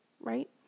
right